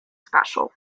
special